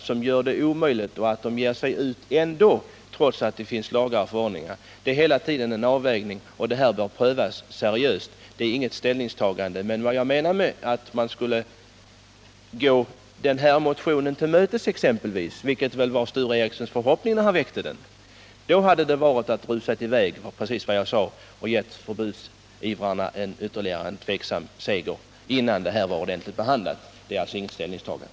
Barnen ger sig ut i trafiken trots att det finns lagar och förordningar. Hela tiden rör det sig om avvägningar. Saken bör prövas seriöst. Det är inget ställningstagande, men hade man tillstyrkt den här motionen — vilket väl var Sture Ericsons förhoppning när han väckte den — hade det varit att rusa i väg och, som jag sade, att ge förbudsivrarna ytterligare en tvivelaktig seger, innan frågan behandlats ordentligt. Det är alltså inget ställningstagande.